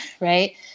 Right